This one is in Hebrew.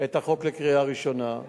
את החוק לקריאה ראשונה.